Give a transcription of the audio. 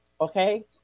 okay